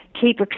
keep